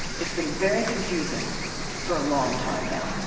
it's been very confusing for a long time now.